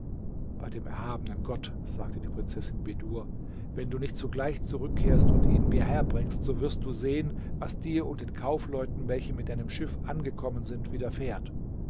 bei dem erhabenen gott sagte die prinzessin bedur wenn du nicht sogleich zurückkehrst und mir ihn herbringst so wirst du sehen was dir und den kaufleuten welche mit deinem schiff angekommen sind widerfährt